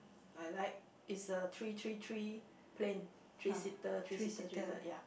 uh like it's a three three three plane three seater three seater three seater ya